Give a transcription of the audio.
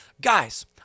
Guys